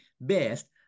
best